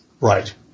Right